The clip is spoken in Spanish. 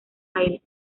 aires